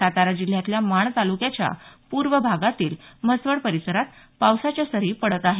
सातारा जिल्ह्यातल्या माण तालुक्याच्या पूर्व भागातील म्हसवड परिसरात पावसाच्या सरी पडत आहेत